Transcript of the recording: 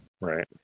Right